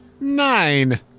Nine